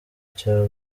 cya